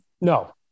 No